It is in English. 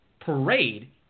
parade